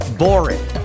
boring